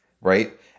Right